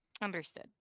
Understood